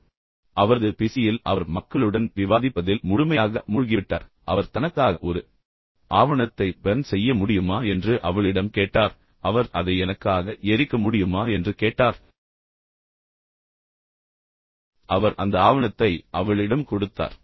எனவே அவரது பிஸியில் அவர் மக்களுடன் விவாதிப்பதில் முழுமையாக மூழ்கிவிட்டார் அவர் தனக்காக ஒரு ஆவணத்தை எரிக்க முடியுமா என்று அவளிடம் கேட்டார் அவர் அதை எனக்காக எரிக்க முடியுமா என்று கேட்டார் பின்னர் அவர் அந்த ஆவணத்தை அவளிடம் கொடுத்தார்